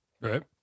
right